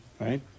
Right